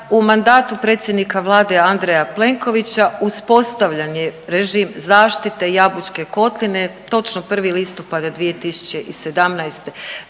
u mandatu predsjednika Vlade Andreja Plenkovića uspostavljen je režim zaštite Jabučke kotline, točno 1. listopada 2017.g.